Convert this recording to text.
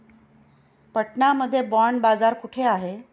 पटना मध्ये बॉंड बाजार कुठे आहे?